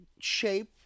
shape